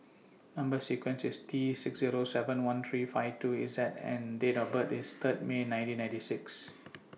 Number sequence IS T six Zero seven one three five two Z and Date of birth IS Third May nineteen ninety six